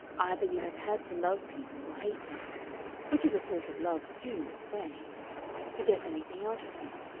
either you have had to love people or hate them which is a sort of love, too, in its way to get anything out of them.